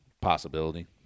possibility